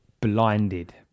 blinded